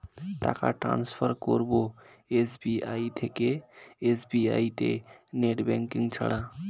টাকা টান্সফার করব এস.বি.আই থেকে এস.বি.আই তে নেট ব্যাঙ্কিং ছাড়া?